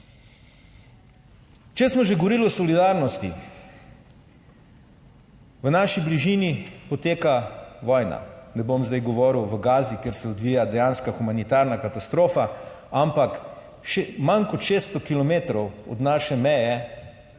Če smo že govorili o solidarnosti, v naši bližini poteka vojna. Ne bom zdaj govoril v Gazi, kjer se odvija dejanska humanitarna katastrofa, ampak **28. TRAK: (DAG) - 12.15**